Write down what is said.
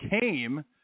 came